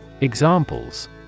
Examples